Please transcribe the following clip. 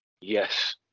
yes